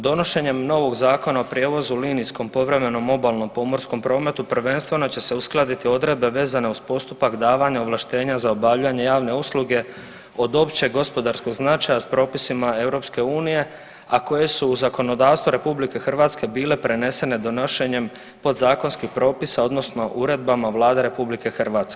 Donošenjem novog Zakona o prijevozu u linijskom povremenom obalnom pomorskom prometu prvenstveno će se uskladiti odredbe vezane uz postupak davanja ovlaštenja za obavljanje javne usluge od općeg gospodarskog značaja s propisima EU, a koje su u zakonodavstvo RH bile prenesene donošenjem podzakonskih propisa odnosno uredbama Vlade RH.